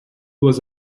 was